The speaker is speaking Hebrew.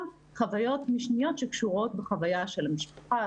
חוויות משניות שקשורות בחוויה של המשפחה,